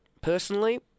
Personally